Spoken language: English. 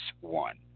one